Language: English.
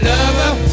Lover